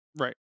right